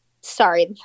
Sorry